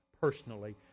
personally